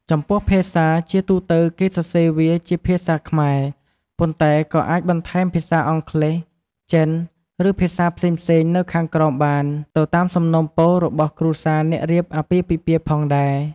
ចំពោះភាសា ជាទូទៅ គេសរសេរវាជាភាសាខ្មែរ ប៉ុន្តែក៏អាចបន្ថែមភាសាអង់គ្លេស ចិន ឬភាសាផ្សេងៗនៅខាងក្រោមបាន ទៅតាមសំណូមពររបស់គ្រួសារអ្នករៀបអាពាហ៍ពិពាហ៍ផងដែរ។